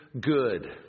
good